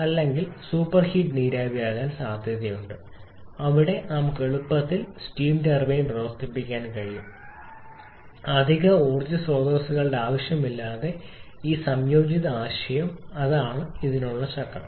അല്ലെങ്കിൽ സൂപ്പർഹീറ്റ് നീരാവി അവസ്ഥ ആകാൻ സാധ്യതയുണ്ട് അവിടെ നമുക്ക് എളുപ്പത്തിൽ സ്റ്റീം ടർബൈൻ പ്രവർത്തിപ്പിക്കാൻ കഴിയും അധിക ഊർജ്ജ സ്രോതസ്സുകളുടെ ആവശ്യമില്ലാതെ ഈ സംയോജിത ആശയവും അതാണ് ഇതിനുള്ള ചക്രം